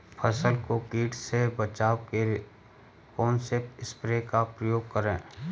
फसल को कीट से बचाव के कौनसे स्प्रे का प्रयोग करें?